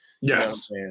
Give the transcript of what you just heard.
Yes